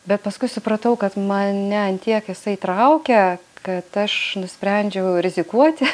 bet paskui supratau kad mane ant tiek jisai traukia kad aš nusprendžiau rizikuoti